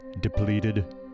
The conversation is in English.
depleted